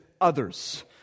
others